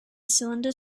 cylinder